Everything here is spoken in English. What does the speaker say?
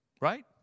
Right